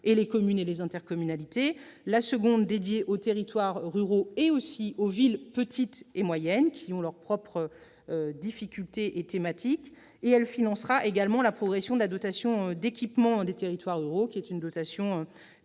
et les communes et intercommunalités. La seconde sera dédiée aux territoires ruraux et aux villes petites et moyennes, qui ont leurs propres difficultés et thématiques, et financera également la progression de la dotation d'équipement des territoires ruraux, la DETR, dotation